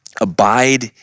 abide